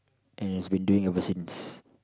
and has been doing ever since